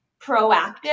proactive